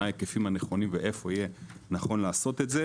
מהם ההיקפים הנכונים ואיפה יהיה נכון לעשות את זה.